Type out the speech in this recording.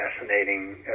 fascinating